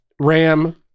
ram